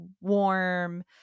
warm